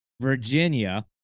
Virginia